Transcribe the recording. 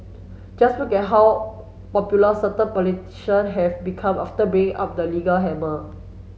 just look at how popular certain politician have become after bringing up the legal hammer